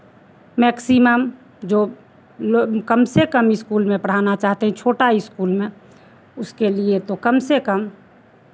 maximum जो लोग कम से कम स्कूल में पढ़ाना चाहते हैं छोटा स्कूल में उसके लिए तो कम से कम